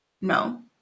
no